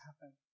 happen